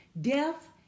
death